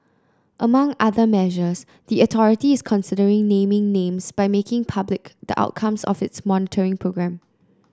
among other measures the authority is considering naming names by making public the outcomes of its monitoring programme